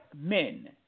men